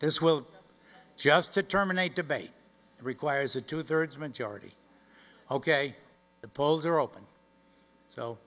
this will just to terminate debate requires a two thirds majority ok the polls are open so